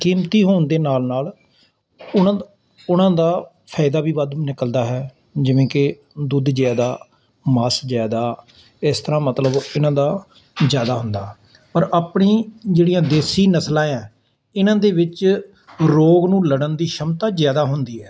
ਕੀਮਤੀ ਹੋਣ ਦੇ ਨਾਲ ਨਾਲ ਉਹਨਾਂ ਦਾ ਉਹਨਾਂ ਦਾ ਫਾਇਦਾ ਵੀ ਵੱਧ ਨਿਕਲਦਾ ਹੈ ਜਿਵੇਂ ਕਿ ਦੁੱਧ ਜ਼ਿਆਦਾ ਮਾਸ ਜ਼ਿਆਦਾ ਇਸ ਤਰ੍ਹਾਂ ਮਤਲਬ ਇਹਨਾਂ ਦਾ ਜ਼ਿਆਦਾ ਹੁੰਦਾ ਪਰ ਆਪਣੀ ਜਿਹੜੀਆਂ ਦੇਸੀ ਨਸਲਾਂ ਆ ਇਹਨਾਂ ਦੇ ਵਿੱਚ ਰੋਗ ਨੂੰ ਲੜਨ ਦੀ ਸ਼ਮਤਾ ਜ਼ਿਆਦਾ ਹੁੰਦੀ ਹੈ